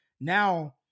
now